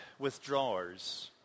withdrawers